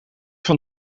van